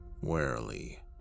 warily